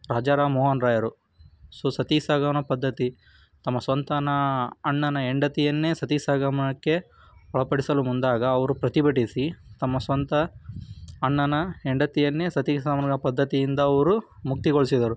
ರಾಜಾ ರಾಮ್ ಮೋಹನ್ ರಾಯರು ಸೊ ಸತಿ ಸಹಗಮನ ಪದ್ಧತಿ ತಮ್ಮ ಸ್ವಂತ ಅಣ್ಣನ ಹೆಂಡತಿಯನ್ನೇ ಸತಿ ಸಹಗಮನಕ್ಕೆ ಒಳಪಡಿಸಲು ಮುಂದಾಗ ಅವರು ಪ್ರತಿಭಟಿಸಿ ತಮ್ಮ ಸ್ವಂತ ಅಣ್ಣನ ಹೆಂಡತಿಯನ್ನೇ ಸತಿ ಸಹಗಮನ ಪದ್ಧತಿಯಿಂದ ಅವರು ಮುಕ್ತಿಗೊಳಿಸಿದರು